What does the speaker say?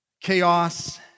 chaos